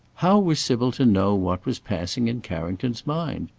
how was sybil to know what was passing in carrington's mind?